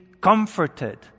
comforted